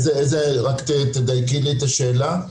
רק תדייקי לי את השאלה.